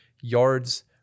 yards